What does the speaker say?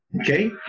Okay